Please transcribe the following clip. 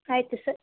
ಆಯ್ತು ಸರ್